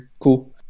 cool